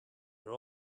are